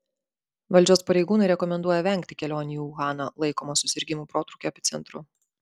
valdžios pareigūnai rekomenduoja vengti kelionių į uhaną laikomą susirgimų protrūkio epicentru